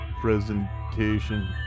presentation